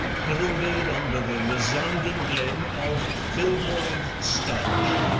heralded under the resounding name of filboid studge.